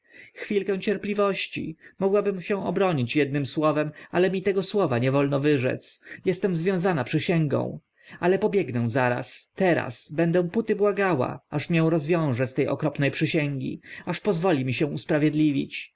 chwilkę cierpliwości mogłabym się obronić ednym słowem ale mi tego słowa nie wolno wyrzec jestem związana przysięgą ale pobiegnę zaraz teraz będę póty błagała aż mię rozwiąże z te okropne przysięgi aż pozwoli mi się usprawiedliwić